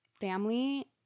family